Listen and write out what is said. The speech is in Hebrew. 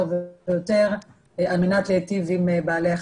ויותר על מנת להיטיב עם בעלי החיים.